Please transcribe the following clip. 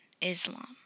Islam